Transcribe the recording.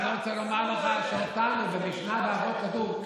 אני רוצה לומר לך שאותנו, במשנה באבות כתוב: